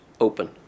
open